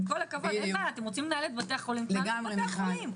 אם אתם רוצים לנהל את בתי החולים תנהלו את בתי החולים.